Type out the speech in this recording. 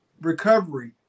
recovery